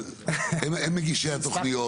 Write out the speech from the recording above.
הם מגישי התוכניות.